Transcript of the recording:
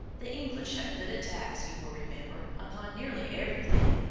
the english had put a tax, you will remember, upon nearly everything,